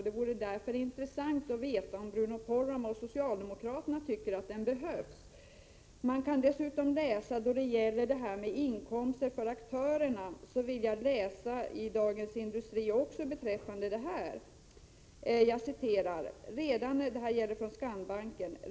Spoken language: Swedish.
Det vore därför intressant att veta om Bruno Poromaa och socialdemokraterna tycker att den behövs. Beträffande aktörernas inkomster vill jag läsa upp vad Dagens Industri skriver om detta.